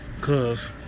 Cause